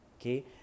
okay